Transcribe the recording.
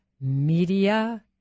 media